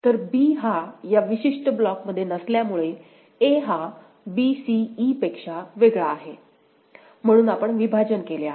तर b हा या विशिष्ट ब्लॉकमध्ये नसल्यामुळे a हा b c e पेक्षा वेगळा आहे म्हणून आपण विभाजन केले आहे